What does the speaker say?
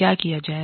क्या किया जाए